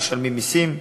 משלמים מסים.